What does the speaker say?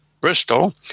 Bristol